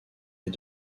est